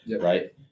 right